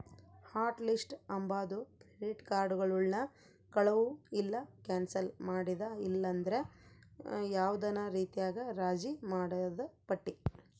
hot list ಅಂಬಾದು credit ಕಾರ್ಡುಗುಳ್ನ ಕಳುವು ಇಲ್ಲ ಕ್ಯಾನ್ಸಲ್ ಮಾಡಿದ ಇಲ್ಲಂದ್ರ ಯಾವ್ದನ ರೀತ್ಯಾಗ ರಾಜಿ ಮಾಡಿದ್ ಪಟ್ಟಿ